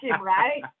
right